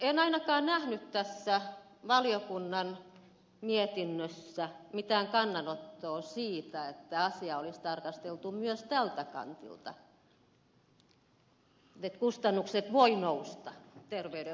en ainakaan nähnyt tässä valiokunnan mietinnössä mitään kannanottoa siihen että asiaa olisi tarkasteltu myös tältä kantilta että kustannukset voivat nousta terveydenhuollon osalta